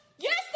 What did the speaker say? yes